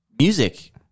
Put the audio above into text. Music